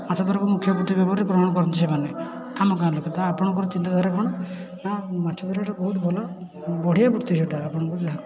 ମାଛଧରା ମୁଖ୍ୟ ବୃତ୍ତି ଭାବରେ ଗ୍ରହଣ କରନ୍ତି ସେମାନେ ଆମ ଗାଁ ଲୋକେ ତ ଆପଣଙ୍କର ଚିନ୍ତାଧାରା କ'ଣ ନା ମାଛ ଧରିବାଟା ବହୁତ ଭଲ ବଢ଼ିଆ ବୃତ୍ତି ସେଇଟା ଆପଣଙ୍କର